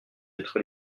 être